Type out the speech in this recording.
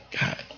God